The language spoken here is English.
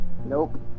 Nope